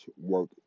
work